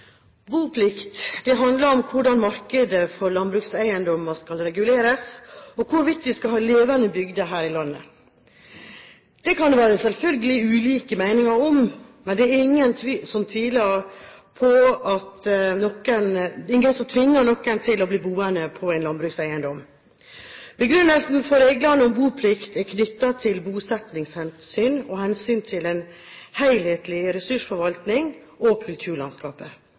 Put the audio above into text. handler om hvordan markedet for landbrukseiendommer skal reguleres, og hvorvidt vi skal ha levende bygder her i landet. Det kan det selvfølgelig være ulike meninger om, men det er ingen som tvinger noen til å bli boende på en landbrukseiendom. Begrunnelsen for reglene om boplikt er knyttet til bosettingshensynet og hensynet til en helhetlig ressursforvaltning og kulturlandskapet.